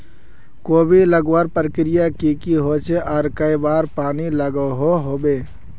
कोबी लगवार प्रक्रिया की की होचे आर कई बार पानी लागोहो होबे?